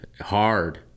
hard